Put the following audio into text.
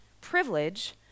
privilege